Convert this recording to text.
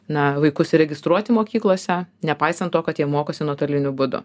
na vaikus registruoti mokyklose nepaisant to kad jie mokosi nuotoliniu būdu